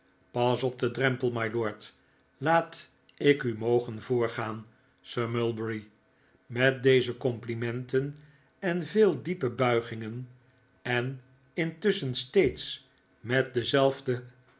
pas op den drempel mylord laat ik u mogen voorgaan sir mulberry met zulke complimenten en veel diepe buigingen en intusschen steeds met denzelfden